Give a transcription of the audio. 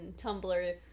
Tumblr